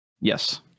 Yes